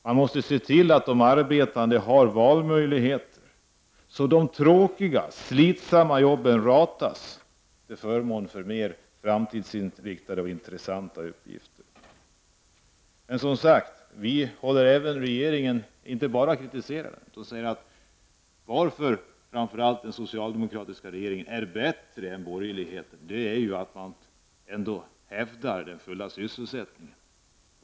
Man måste se till att de arbetande har valmöjlighet så att de tråkiga och slitsamma arbetena ratas till förmån för framtidsinriktade och intressanta uppgifter. Vi håller även med regeringen och inte bara kritiserar den. Varför är en socialdemokratisk regering bättre än borgerlig? Jo, man hävdar ändå den fulla sysselsättningen.